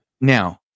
Now